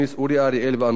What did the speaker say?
אורי אריאל ואנוכי.